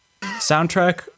Soundtrack